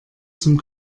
zum